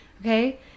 okay